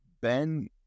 Ben